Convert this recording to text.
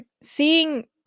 seeing